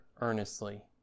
earnestly